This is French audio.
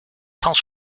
cent